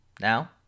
Now